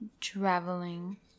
traveling